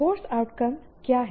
course outcome क्या हैं